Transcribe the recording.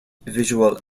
visual